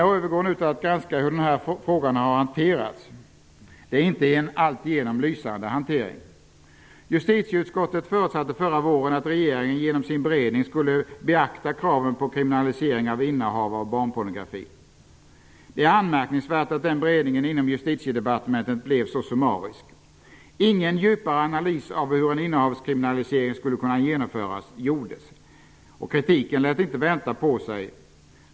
Jag övergår nu till att granska hur denna fråga har hanterats. Det är inte en alltigenom lysande hantering. Justitieutskottet förutsatte förra våren att regeringen vid sin beredning skulle beakta kraven på kriminalisering av innehav av barnpornografi. Det är anmärkningsvärt att den beredningen inom Justitiedepartementet blev så summarisk. Ingen djupare analys gjordes av hur en innehavskriminalisering skulle kunna genomföras. Kritiken lät inte vänta på sig.